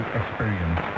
experience